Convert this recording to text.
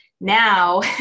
now